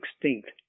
extinct